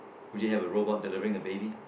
we didn't have a robot delivering a baby